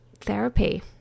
therapy